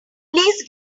please